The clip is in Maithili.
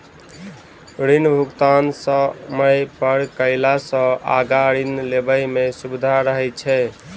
ऋण भुगतान समय पर कयला सॅ आगाँ ऋण लेबय मे सुबिधा रहैत छै